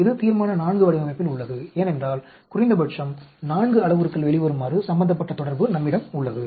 இது தீர்மான IV வடிவமைப்பில் உள்ளது ஏனென்றால் குறைந்தபட்சம் 4 அளவுருக்கள் வெளிவருமாறு சம்பந்தப்பட்ட தொடர்பு நம்மிடம் உள்ளது